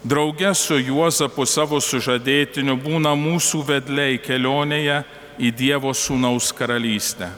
drauge su juozapu savo sužadėtiniu būna mūsų vedliai kelionėje į dievo sūnaus karalystę